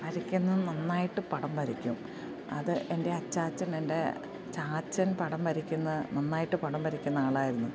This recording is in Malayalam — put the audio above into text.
വരക്കുന്നത് നന്നായിട്ട് പടം വരക്കും അത് എൻ്റെ അച്ഛാച്ഛൻ എൻ്റെ ചാച്ചൻ പടം വരക്കുന്ന നന്നായിട്ട് പടം വരക്കുന്ന ആളായിരുന്നു